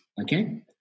okay